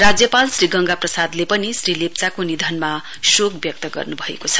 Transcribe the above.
राज्यपाल श्री गेगा प्रसादले पनि श्री लेप्चाको निधनमा शोक व्यक्त गर्नुभएको छ